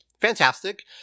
Fantastic